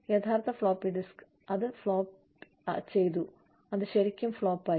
യഥാർത്ഥ floppy disk അത് flop ചെയ്തു അത് ശരിക്കും ഫ്ലോപ്പ് ആയി